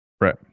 Right